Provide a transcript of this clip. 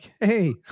Hey